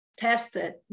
tested